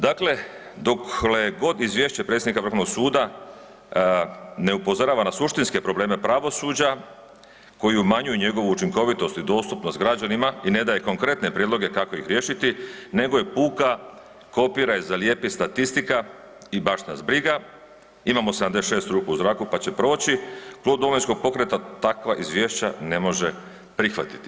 Dakle, dokle god izvješće predsjednika Vrhovnog suda ne upozorava na suštinske probleme pravosuđa koji umanjuju njegovu učinkovitost i dostupnost građanima i ne da je konkretne prijedloge kako ih riješiti nego je puka kopiraj zalijepi statistika i baš nas briga imamo 76 ruku u zraku pa će proći, Klub Domovinskog pokreta takva izvješća ne može prihvatiti.